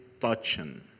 touching